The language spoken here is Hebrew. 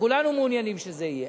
וכולנו מעוניינים שזה יהיה.